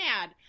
mad